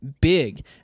big